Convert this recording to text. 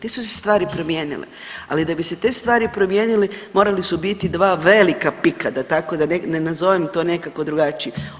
Te su se stvari promijenile, ali da bi se te stvari promijenile morala su biti dva velika pika da tako, da ne nazovem to nekako drugačije.